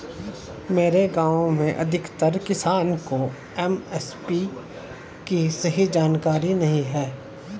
मेरे गांव में अधिकतर किसान को एम.एस.पी की सही जानकारी नहीं है